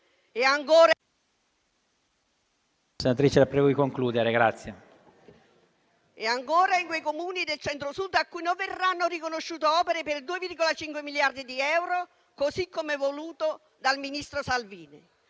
e ancora, nei Comuni del Centro-Sud a cui non verranno riconosciute opere per 2,5 miliardi di euro, così come voluto dal ministro Salvini.